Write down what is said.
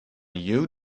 you